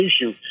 issue